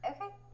okay